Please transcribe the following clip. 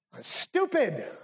Stupid